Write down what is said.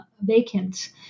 vacant